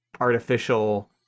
artificial